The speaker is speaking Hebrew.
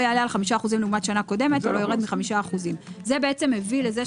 זה עד 5% מהאחוז- -- למה העליתם את זה ב-2%?